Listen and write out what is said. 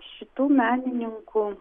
šitų menininkų